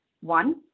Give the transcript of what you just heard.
one